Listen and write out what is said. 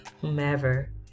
whomever